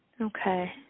Okay